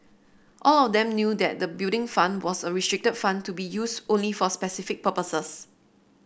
all of them knew that the Building Fund was a restricted fund to be used only for specific purposes